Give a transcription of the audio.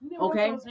Okay